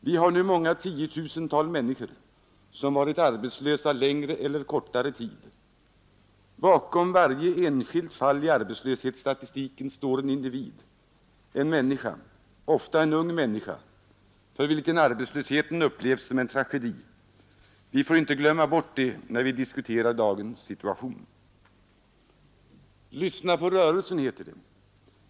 Vi har nu många tiotusentals människor som varit arbetslösa längre eller kortare tid. Bakom varje enskilt fall i arbetslöshetsstatistiken står en individ, en människa, ofta en ung människa, för vilken arbetslösheten upplevs som en tragedi. Vi får inte glömma bort det, när vi diskuterar dagens situation. Lyssna på rörelsen, heter det.